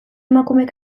emakumek